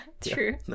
true